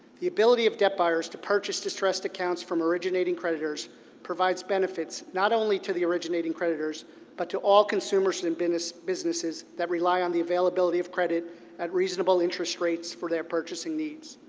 the ability of debt buyers to purchase distressed accounts from originating creditors provides benefits not only to the originating creditors but to all consumers and and businesses businesses that rely on the availability of credit at reasonable interest rates for their purchasing needs.